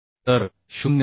तर 0